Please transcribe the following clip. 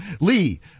Lee